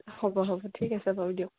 হ'ব হ'ব ঠিক আছে বাৰু দিয়ক